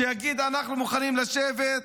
שיגיד: אנחנו מוכנים לשבת,